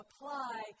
apply